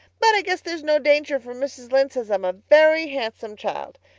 but i guess there's no danger, for mrs. lynde says i'm a very handsome child.